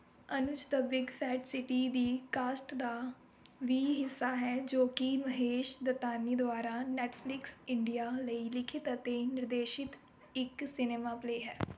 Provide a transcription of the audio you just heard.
Anuj the Big Fat City ਦੀ cast ਦਾ ਵੀ ਹਿੱਸਾ ਹੈ ਜੋ ਕਿ ਮਹੇਸ਼ ਦੱਤਾਨੀ ਦੁਆਰਾ ਨੈੱਟਫਲਿਕਸ ਇੰਡੀਆ ਲਈ ਲਿਖਤ ਅਤੇ ਨਿਰਦੇਸ਼ਿਤ ਇੱਕ ਸਿਨੇਮਾ ਪਲੇਅ ਹੈ